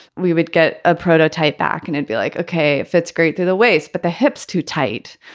we would get a prototype back and i'd be like, ok, fits great through the waist, but the hips too tight.